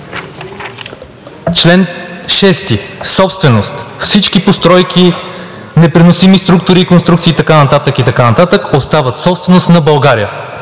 „Чл. 6. Собственост. Всички постройки, непреносими структури, конструкции и така нататък остават собственост на България.“